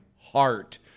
heart